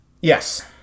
Yes